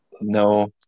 no